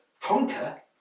conquer